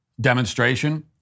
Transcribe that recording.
demonstration